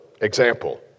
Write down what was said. example